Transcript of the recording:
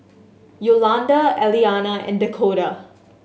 Yolanda Eliana and Dakoda